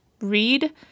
Read